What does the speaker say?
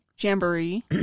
Jamboree